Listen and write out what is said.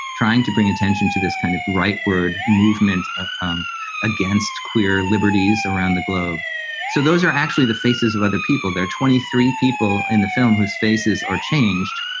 trying to bring attention to this kind of rightward movement ah um against queer liberties around the globe so those are actually the faces of other people there. twenty three people in the film whose faces are changed.